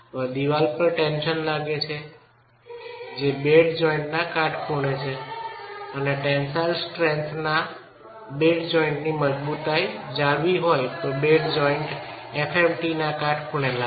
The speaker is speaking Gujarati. દીવાલ પર ટેન્સન લાગે છે જે બેડ જોઈન્ટ ના કાટખૂણે છે ટેન્સાઈલ સ્ટ્રેન્થના બેડ જોઈન્ટની મજબૂતાઈ જાળવી હોય તો બેડ જોઇન્ટfMT ના કાટખૂણે લાગે છે